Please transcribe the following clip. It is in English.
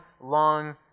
long